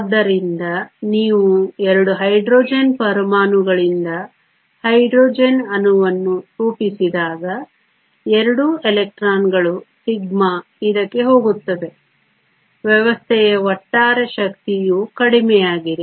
ಆದ್ದರಿಂದ ನೀವು 2 ಹೈಡ್ರೋಜನ್ ಪರಮಾಣುಗಳಿಂದ ಹೈಡ್ರೋಜನ್ ಅಣುವನ್ನು ರೂಪಿಸಿದಾಗ ಎರಡೂ ಎಲೆಕ್ಟ್ರಾನ್ಗಳು σ ಇದಕ್ಕೆ ಹೋಗುತ್ತವೆ ವ್ಯವಸ್ಥೆಯ ಒಟ್ಟಾರೆ ಶಕ್ತಿಯು ಕಡಿಮೆಯಾಗಿದೆ